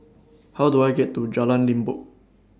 How Do I get to Jalan Limbok